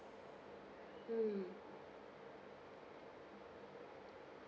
mm